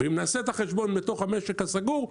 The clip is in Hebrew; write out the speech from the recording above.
אם נעשה את החשבון בתוך המשק הסגור,